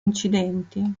incidenti